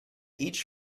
each